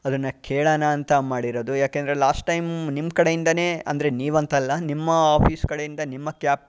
ಅದನ್ನು ಕೇಳೋಣ ಅಂತ ಮಾಡಿರೋದು ಏಕೆಂದರೆ ಲಾಸ್ಟ್ ಟೈಮ್ ನಿಮ್ಮ ಕಡೆಯಿಂದನೇ ಅಂದರೆ ನೀವಂತಲ್ಲ ನಿಮ್ಮ ಆಫೀಸ್ ಕಡೆಯಿಂದ ನಿಮ್ಮ ಕ್ಯಾಬ್